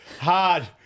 Hard